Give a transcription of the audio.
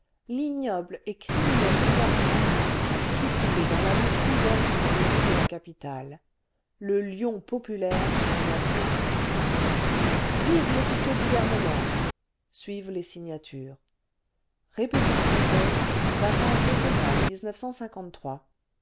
l'ignoble et criminel gouvernement a succombé dans la lutte ouverte dans les rues de la capitale le lion populaire en a fait justice vive le futur gouvernement suivent les signatures république française vacances décennales